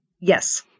Yes